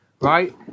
Right